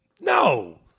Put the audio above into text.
No